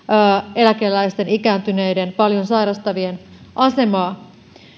eläkeläisten ikääntyneiden paljon sairastavien asemaa